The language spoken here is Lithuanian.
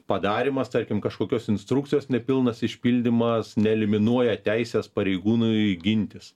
padarymas tarkim kažkokios instrukcijos nepilnas išpildymas neeliminuoja teisės pareigūnui gintis